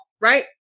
right